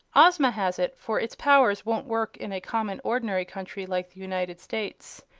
ozma has it for its powers won't work in a common, ordinary country like the united states.